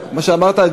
מה שאמרת,